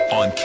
on